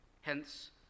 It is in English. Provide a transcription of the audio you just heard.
Hence